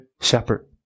shepherd